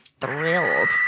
thrilled